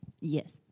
Yes